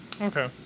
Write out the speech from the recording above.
Okay